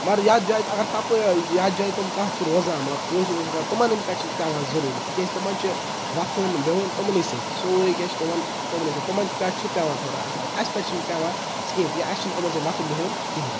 مَگر یَتھ جایہِ اَگَر تَپٲرۍ یَتھ جایہِ تم کانٛہہ چھِ روزان مَطلَب کٲشرۍ وٲشرۍ تمن ہن پیٚٹھ چھِ پیٚوان ضروٗری تکیازِ تمَن چھُ وۄتھُن بِہُن تُمنٕے سۭتۍ سورُے کینٛہہ چھُ تمَن تُمنٕے سۭتۍ تمَن پیٚٹھ چھُ پیٚوان تھوڑا اَثَر اَسہٕ پیٚٹھ چھُنہٕ پیٚوان کہیٖنۍ تہِ اسہِ چھُنہٕ یِمَن سۭتۍ وۄتھُن بِہُن کہیٖنۍ نہٕ